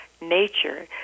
nature